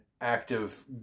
active